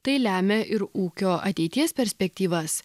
tai lemia ir ūkio ateities perspektyvas